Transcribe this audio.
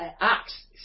Acts